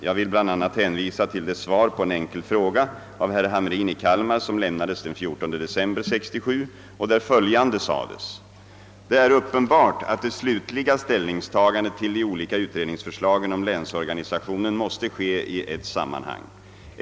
Jag vill bl.a. hänvisa till det svar på en enkel fråga av herr Hamrin i Kalmar som lämnades den 14 december 1967 och där följande sades: »Det är uppenbart att det slutliga ställningstagandet till de olika utredningsförslagen om länsorganisationen måste ske i ett sammanhang.